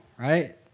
right